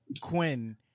Quinn